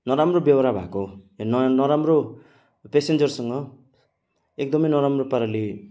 नराम्रो बेहोरा भएको नराम्रो पेसेन्जरसँग एकदमै नराम्रो पाराले